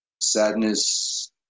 sadness